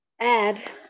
add